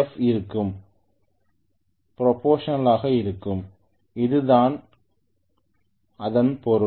If இருக்கு proportional ஆக இருக்கும் அதுதான் இதன் பொருள்